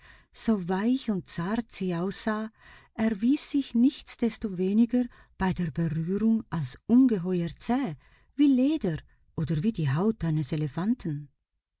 so weich und zart sie aussah erwies sich nichtsdestoweniger bei der berührung als ungeheuer zäh wie leder oder wie die haut eines elefanten